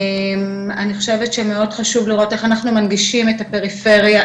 אני חושבת שמאוד חשוב לראות איך אנחנו מנגישים את הפריפריה,